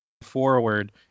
Forward